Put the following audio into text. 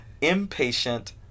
impatient